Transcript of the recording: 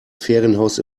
ferienhaus